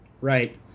right